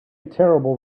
terrible